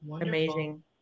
amazing